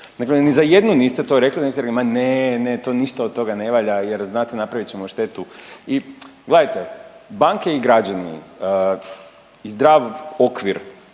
nego ni za jednu niste to rekli nego ste rekli, ma ne, ne, to ništa od toga ne valja jer znate napravit ćemo štetu i gledajte, banke i građani i zdrav okvir,